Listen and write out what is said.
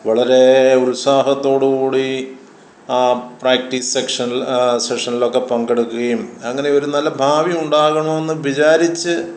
വളരെ ഉത്സാഹത്തോട് കൂടി പ്രാക്റ്റീസ് സെക്ഷൻ സെഷനിലൊക്കെ പങ്കെടുക്കുകയും അങ്ങനെ ഒരു നല്ല ഭാവി ഉണ്ടാകണം എന്ന് വിചാരിച്ച്